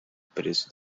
preço